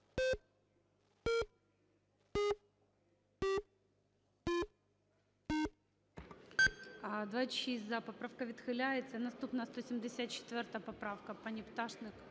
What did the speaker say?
За-26 Поправка відхиляється. Наступна 174 поправка. Пані Пташник,